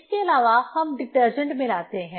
इसके अलावा हम डिटर्जेंट मिलाते हैं